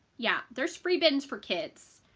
yeah there's free bins for kids,